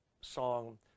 song